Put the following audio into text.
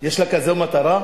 יש לה כזאת מטרה?